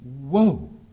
Whoa